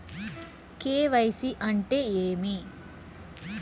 KYC అంటే ఏమి?